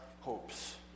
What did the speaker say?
hopes